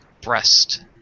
breast